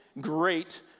great